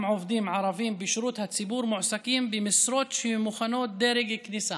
עובדים ערבים בשירות הציבורי מועסקים במשרות שמכונות "דרג כניסה"